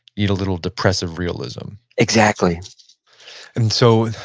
need a little depressive realism exactly and so,